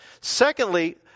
Secondly